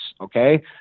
okay